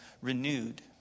renewed